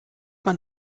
man